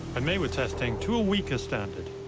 and they were testing to a weaker standard,